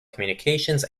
communications